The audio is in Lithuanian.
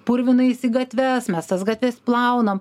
purvinais į gatves mes tas gatves plaunam